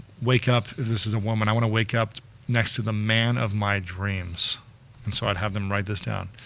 wake up, if this is a woman, i want to wake up next to the man of my dreams and so i'd have them write this down.